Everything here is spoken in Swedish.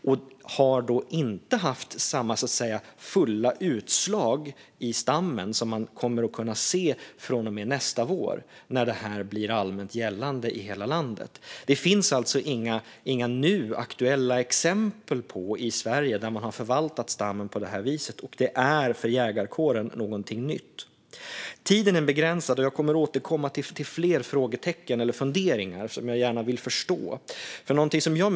Det har då inte haft samma fulla utslag i stammen som man kommer att kunna se från och med nästa vår, när detta blir allmänt gällande i hela landet. Det finns alltså inga nu aktuella exempel i Sverige där man har förvaltat stammen på det här viset, och det är någonting nytt för jägarkåren. Tiden är begränsad. Jag kommer att återkomma till fler frågetecken eller funderingar när det gäller sådant som jag gärna vill förstå.